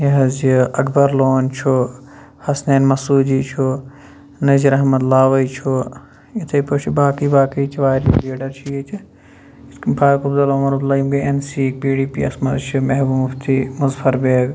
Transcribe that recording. یہِ حظ یہِ اَکبَر لون چھُ حَسنین مَسودی چھُ نزیر احمَد لاوے چھُ اَتھے پٲٹھۍ چھُ باقٕے باقٕے واریاہ لیٖڈَر چھِ ییٚتہِ یِتھ کنۍ فاروق عبدُاللہ عُمَرعبدُللہ یِم گٔے N C P D P یَس مَنٛش چھِ محبوٗبا مُفتی مُظفَر بیگ